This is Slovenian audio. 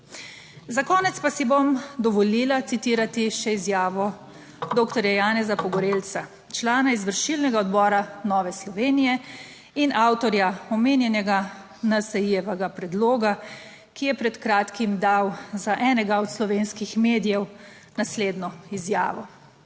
Za konec pa si bom dovolila citirati še izjavo doktorja Janeza Pogorelca, člana izvršilnega odbora Nove Slovenije in avtorja omenjenega NSi-jevega predloga, ki je pred kratkim dal za enega od slovenskih medijev naslednjo izjavo.